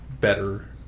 better